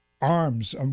arms